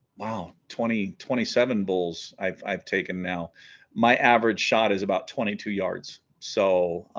wow twenty twenty seven bulls i've i've taken now my average shot is about twenty two yards so